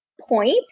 point